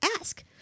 ask